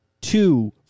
two